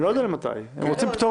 הם רוצים פטור